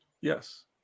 Yes